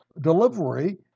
delivery